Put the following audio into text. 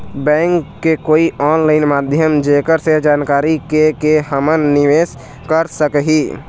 Bank के कोई online माध्यम जेकर से जानकारी के के हमन निवेस कर सकही?